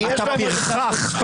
אתה פרחח.